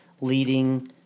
leading